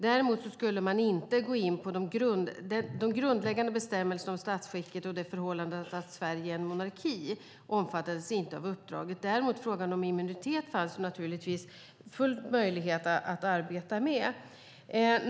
Däremot skulle man inte gå in på de grundläggande bestämmelserna om statsskicket. Och det förhållandet att Sverige är en monarki omfattades inte av uppdraget. Däremot fanns det naturligtvis full möjlighet att arbeta med frågan om immunitet.